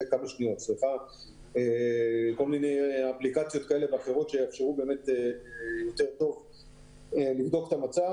או אפליקציות שיאפשרו לבדוק את המצב.